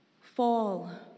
Fall